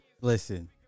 Listen